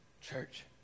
Church